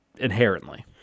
inherently